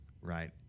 right